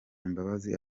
imbabazi